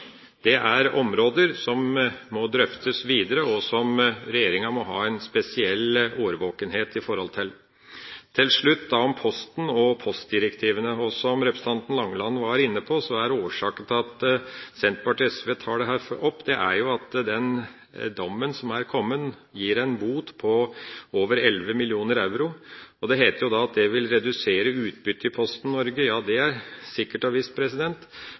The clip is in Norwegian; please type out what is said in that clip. det er områder som må drøftes videre, der regjeringa må ha en spesiell årvåkenhet. Til slutt om Posten og postdirektivene: Som representanten Langeland var inne på, er årsaken til at Senterpartiet og SV tar opp dette, at den dommen som er kommet, gi en bot på over 11 mill. euro. Det heter at det vil redusere utbyttet i Posten Norge. Ja, det er sikkert